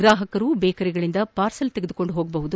ಗ್ರಾಪಕರು ಬೇಕರಿಗಳಿಂದ ಪಾರ್ಸೆಲ್ ತೆಗೆದುಕೊಂಡು ಹೋಗಬಹುದು